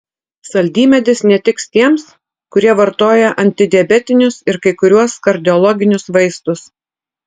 saldymedis netiks tiems kurie vartoja antidiabetinius ir kai kuriuos kardiologinius vaistus